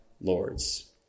lords